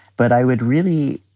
but i would really,